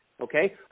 Okay